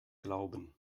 glauben